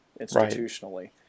institutionally